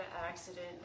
accident